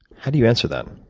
how do you answer them?